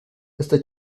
esta